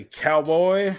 cowboy